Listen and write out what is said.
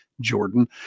Jordan